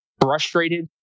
frustrated